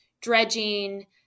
dredging